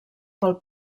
pel